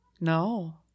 No